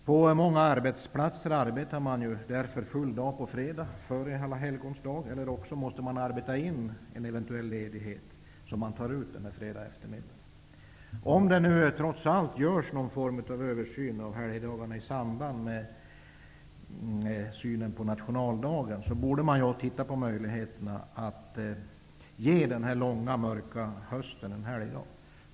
Vid många arbetsplatser arbetar man full dag på fredagen före Alla helgons dag, eller också måste man arbeta in den ledighet som man tar ut under fredagseftermiddagen. Om det nu trots allt görs en översyn av helgdagarna i samband med synen på nationaldagen, borde man se på möjligheten att införa en helgdag under den långa, mörka hösten.